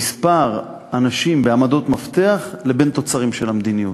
למספר הנשים בעמדות מפתח על תוצרים של המדיניות,